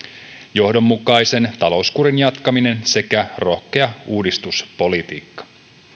johdonmukaisen talouskurin jatkaminen sekä rohkea uudistuspolitiikka